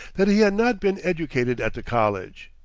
that he had not been educated at the college.